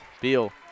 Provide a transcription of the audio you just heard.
Beal